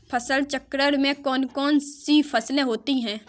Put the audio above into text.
फसल चक्रण में कौन कौन सी फसलें होती हैं?